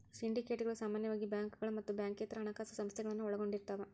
ಸಿಂಡಿಕೇಟ್ಗಳ ಸಾಮಾನ್ಯವಾಗಿ ಬ್ಯಾಂಕುಗಳ ಮತ್ತ ಬ್ಯಾಂಕೇತರ ಹಣಕಾಸ ಸಂಸ್ಥೆಗಳನ್ನ ಒಳಗೊಂಡಿರ್ತವ